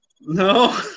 no